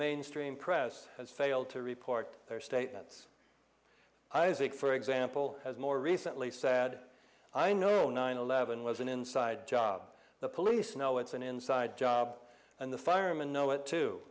mainstream press has failed to report their statements isaac for example has more recently said i know nine eleven was an inside job the police know it's an inside job and the firemen know it too